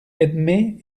edme